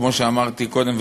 כמו שאמרתי קודם,